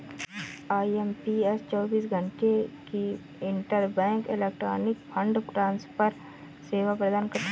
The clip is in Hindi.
आई.एम.पी.एस चौबीस घंटे की इंटरबैंक इलेक्ट्रॉनिक फंड ट्रांसफर सेवा प्रदान करता है